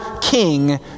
King